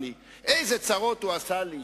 איזה צרות הוא עשה לי.